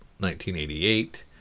1988